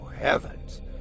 heavens